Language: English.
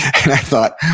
i thought,